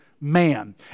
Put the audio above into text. man